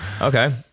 Okay